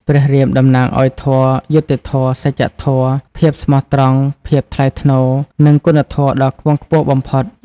ព្រះរាមតំណាងឱ្យ ធម៌ យុត្តិធម៌ សច្ចធម៌ ភាពស្មោះត្រង់ ភាពថ្លៃថ្នូរ និងគុណធម៌ដ៏ខ្ពង់ខ្ពស់បំផុត ។